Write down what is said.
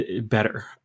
better